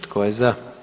Tko je za?